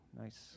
nice